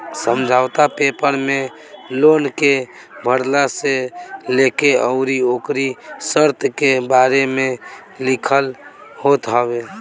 समझौता पेपर में लोन के भरला से लेके अउरी ओकरी शर्त के बारे में लिखल होत हवे